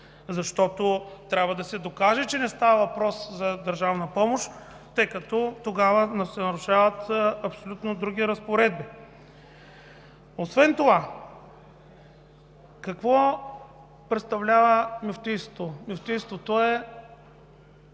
Защото трябва да се докаже, че не става въпрос за държавна помощ, тъй като тогава се нарушават други разпоредби. Освен това какво представлява Мюфтийството?